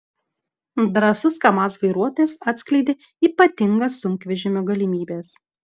drąsus kamaz vairuotojas atskleidė ypatingas sunkvežimio galimybes